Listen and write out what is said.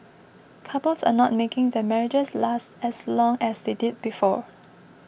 couples are not making their marriages last as long as they did before